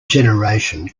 generation